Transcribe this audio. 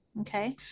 Okay